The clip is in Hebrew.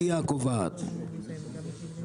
חושב שלא צריך להיות כתוב רמת המחירים בשוק,